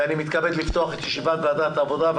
אני מתכבד לפתוח את ישיבת ועדת העבודה,